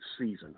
season